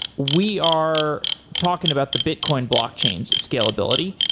we are talking about the bitcoin blockchain's scalability.